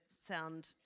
sound